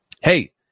hey